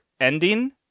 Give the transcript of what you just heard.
ending